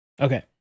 Okay